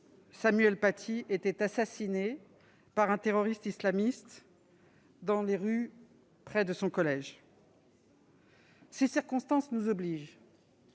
Samuel Paty était assassiné par un terroriste islamiste dans les rues près de son collège. Ces circonstances nous obligent,